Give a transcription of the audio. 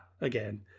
again